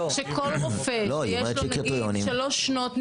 לא, שכל רופא שיש לו נגיד שלוש שנות ניסיון,